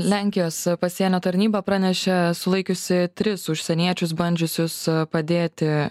lenkijos pasienio tarnyba pranešė sulaikiusi tris užsieniečius bandžiusius padėti